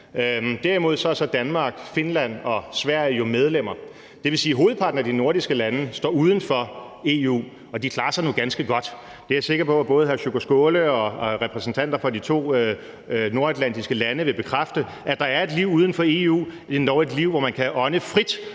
Derimod er Danmark, Finland og Sverige jo medlemmer. Det vil sige, at hovedparten af de nordiske lande står uden for EU, og de klarer sig nu ganske godt. Det er jeg sikker på at både hr. Sjúrður Skaale og repræsentanter for de to nordatlantiske lande vil bekræfte, altså at der er et liv uden for EU, endog et liv, hvor man kan ånde frit